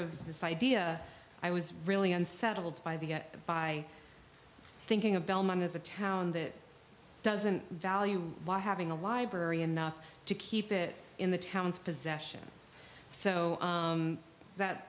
of this idea i was really unsettled by the get by thinking of belmont as a town that doesn't value by having a library enough to keep it in the town's possession so that